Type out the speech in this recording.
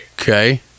okay